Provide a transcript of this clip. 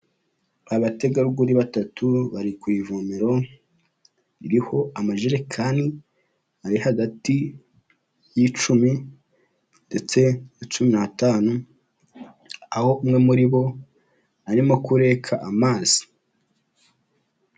Abategarugori batatu bari ku ivomero ririho amajerekani ari hagati y'icumi ndetse na cumi n'atanu, aho umwe muri bo arimo kureka amazi.